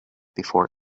before